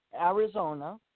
Arizona